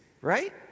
Right